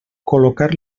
col·locar